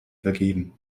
vergeben